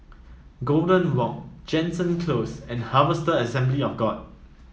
Golden Walk Jansen Close and Harvester Assembly of God